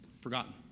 forgotten